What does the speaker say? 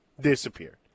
disappeared